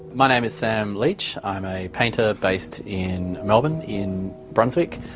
my name is sam leach, i'm a painter based in melbourne, in brunswick.